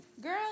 Girl